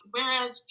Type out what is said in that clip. Whereas